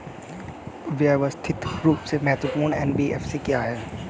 व्यवस्थित रूप से महत्वपूर्ण एन.बी.एफ.सी क्या हैं?